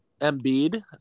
Embiid